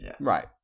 Right